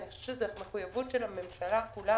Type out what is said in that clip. אני חושבת שזו מחויבות של הממשלה כולה,